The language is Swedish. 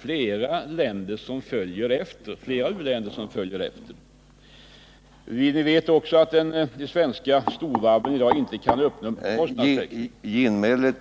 flera u-länder följer efter. Kostnadstäckningen för de svenska storvarven har också diskuterats.